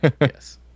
Yes